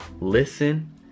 listen